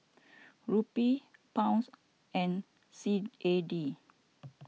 Rupee Pounds and C A D